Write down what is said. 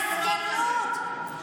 זה לא נכון.